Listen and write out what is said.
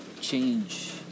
change